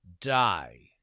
die